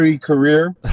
career